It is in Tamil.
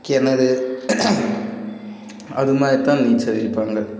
கிணறு அது மாதிரித் தான் நீச்சல் அடிப்பாங்க